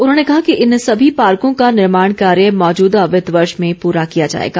उन्होंने कहा कि इन सभी पार्को का निर्माण कार्य मौजूदा वित्त वर्ष में पूरा किया जाएगा